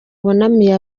bunamiye